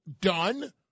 done